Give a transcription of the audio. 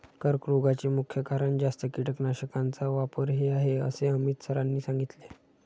कर्करोगाचे मुख्य कारण जास्त कीटकनाशकांचा वापर हे आहे असे अमित सरांनी सांगितले